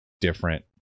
different